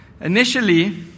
initially